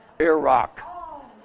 Iraq